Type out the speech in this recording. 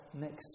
next